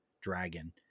dragon